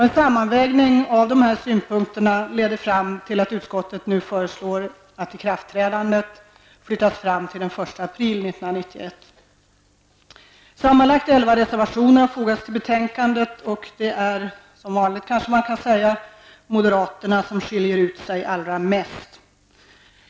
En sammanvägning av de här synpunkterna har lett fram till att utskottet föreslår att ikraftträdandet flyttas fram till den 1 Sammanlagt 11 reservationer har fogats till betänkandet, och det är -- som vanligt kan man kanske säga -- moderaterna som skiljer ut sig allra mest.